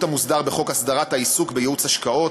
המוסדר בחוק הסדרת העיסוק בייעוץ השקעות,